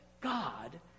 God